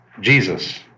Jesus